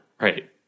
Right